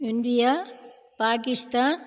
India Pakistan